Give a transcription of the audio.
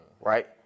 Right